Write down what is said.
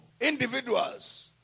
individuals